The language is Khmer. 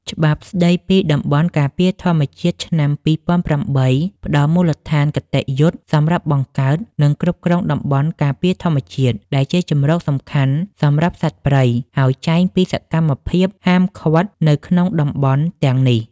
ច្បាប់ស្តីពីតំបន់ការពារធម្មជាតិ ឆ្នាំ ២០០៨ ផ្ដល់មូលដ្ឋានគតិយុត្តសម្រាប់បង្កើត និងគ្រប់គ្រងតំបន់ការពារធម្មជាតិ ដែលជាជម្រកសំខាន់សម្រាប់សត្វព្រៃ ហើយចែងពីសកម្មភាពហាមឃាត់នៅក្នុងតំបន់ទាំងនេះ។